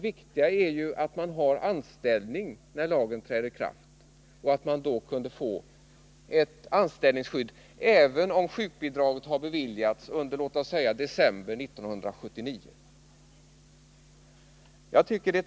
Har man anställning när lagen träder i kraft borde man få ett anställningsskydd även om sjukbidraget beviljats under 1979.